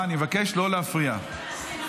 אחמד